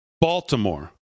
Baltimore